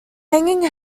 hanging